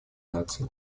наций